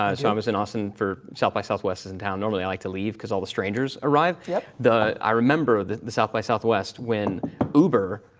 i so um was in austin for south by southwest is in town. normally i like to leave cause all the strangers arrive. yeah the, i remember the the south by southwest when uber